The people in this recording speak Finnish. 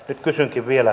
nyt kysynkin vielä